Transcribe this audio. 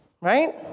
Right